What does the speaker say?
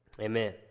Amen